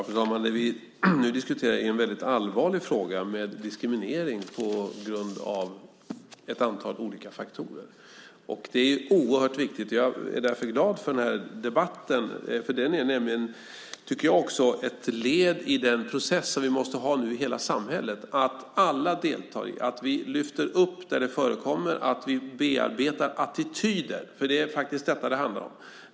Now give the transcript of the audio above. Fru talman! Det vi nu diskuterar är en väldigt allvarlig fråga, diskriminering på grund av ett antal olika faktorer. Och det är oerhört viktigt. Jag är därför glad för den här debatten. Den är nämligen, tycker jag också, ett led i den process som vi måste ha nu i hela samhället. Det handlar om att alla deltar, att vi lyfter upp det här där det förekommer, att vi bearbetar attityder. Det är faktiskt detta som det handlar om.